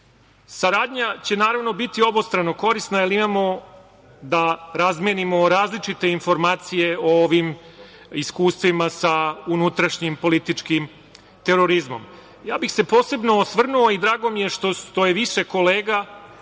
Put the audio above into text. službi. Saradnja će naravno biti obostrano korisna, jer mi imamo da razmenimo različite informacije o ovim iskustvima sa unutrašnjim političkih terorizmom. Posebno bih se osvrnuo, i drago mi je što je više kolega